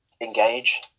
engage